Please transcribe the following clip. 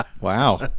Wow